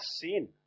sin